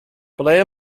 ble